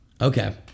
Okay